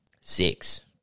six